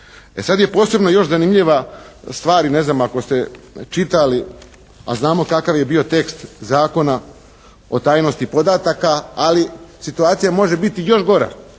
sad je posebno još zanimljiva stvar i ne znam ako ste čitali, a znamo kakav je bio tekst Zakona o tajnosti podataka, ali situacija može biti još gora.